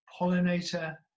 pollinator